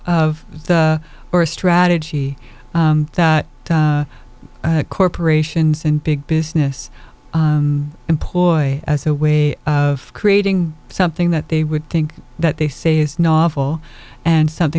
of the or strategy that corporations and big business employ as a way of creating something that they would think that they say is novel and something